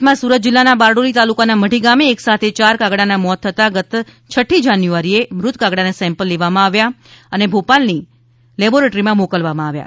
ગુજરાતમાં સુરત જિલ્લાના બારડોલી તાલુકાના મઢી ગામે એકસાથે ચાર કાગડાના મોત થતાં ગત છઠી જાન્યુઆરીએ મૃત કાગડાના સેમ્પલ ભોપાલની હાઇ સિકયુરીટી એનીમલ ડીસીસ લેબોરેટરીમાં મોકલવામાં આવ્યા હતા